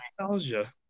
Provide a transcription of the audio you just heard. nostalgia